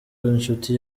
inshuti